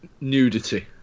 Nudity